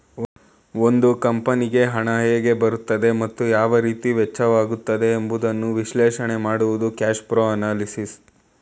ಒಂದು ಕಂಪನಿಗೆ ಹಣ ಹೇಗೆ ಬರುತ್ತದೆ ಮತ್ತು ಯಾವ ರೀತಿ ವೆಚ್ಚವಾಗುತ್ತದೆ ಎಂಬುದನ್ನು ವಿಶ್ಲೇಷಣೆ ಮಾಡುವುದು ಕ್ಯಾಶ್ಪ್ರೋ ಅನಲಿಸಿಸ್